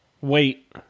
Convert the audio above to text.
Wait